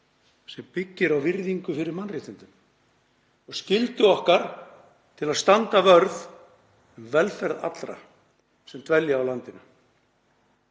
sem byggir á virðingu fyrir mannréttindum og skyldu okkar til að standa vörð um velferð allra sem dvelja á landinu.